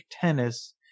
tennis